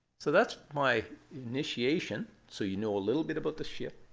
so that's my initiation. so you know a little bit about the ship,